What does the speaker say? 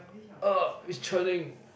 !uh! it's churning